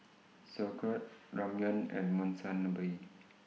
Sauerkraut Ramyeon and Monsunabe